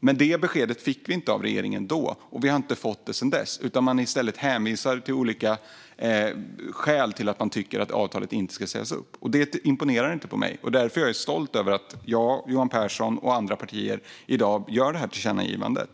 Men det beskedet fick vi då inte av regeringen, och vi har inte fått det sedan dess. Man har i stället hänvisat till olika skäl för att avtalet inte ska sägas upp. Det imponerar inte på mig. Därför är jag stolt över att jag, Johan Pehrson och andra partier i dag gör detta tillkännagivande.